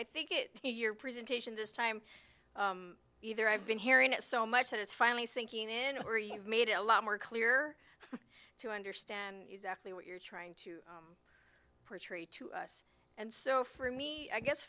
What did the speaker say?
i think it your presentation this time either i've been hearing it so much that it's finally sinking in or you've made it a lot more clear to understand exactly what you're trying to portray to us and so for me i guess